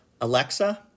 Alexa